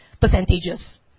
percentages